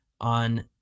on